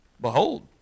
Behold